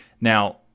Now